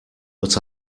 but